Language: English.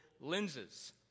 lenses